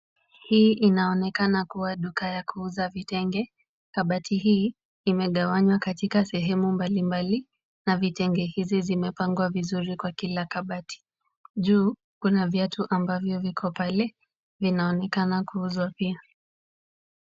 Hii inaonekana kuwa duka ya kuuza vitenge, kabati hii imegawanywa katika sehemu mbalimbali na vitenge hizi zimepangwa vizuri kwa kila kabati. Juu kuna viatu ambavyo viko pale vinaonekana kuuzwa pia.